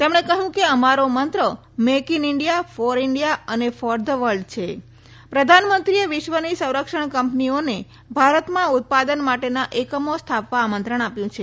તેમણે કહ્યું કે અમારો મંત્ર make in India for India અને ફોર ધ વલ્ડ છે પ્રધાનમંત્રીએ વિશ્વની સંરક્ષણ કંપનીઓને ભારતમાં ઉત્પાદન માટેના એકમો સ્થાપવા આમંત્રણ આપ્યું છે